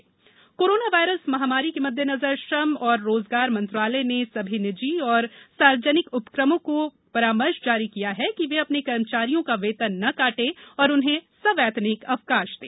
corona श्रम corona virus महामारी के मद्देनजर श्रम और रोजगार मंत्रालय ने सभी निजी और सार्वजनिक उपक्रमों को परामर्श जारी किया है कि वे अपने कर्मचारियों का वेतन न काटें और उन्हें सवैतनिक अवकाश दें